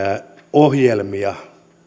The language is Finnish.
ohjelmia